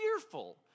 fearful